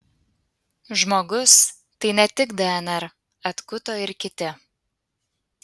žmogus tai ne tik dnr atkuto ir kiti